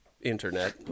internet